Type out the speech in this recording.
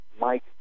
Mike